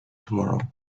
tomorrow